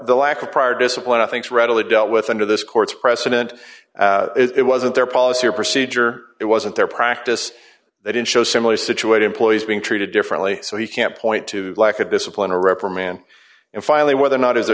the lack of prior discipline i think readily dealt with under this court's precedent it wasn't their policy or procedure it wasn't their practice they didn't show similarly situated employees being treated differently so he can't point to a lack of discipline or reprimand and finally whether or not is a